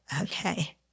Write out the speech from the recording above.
Okay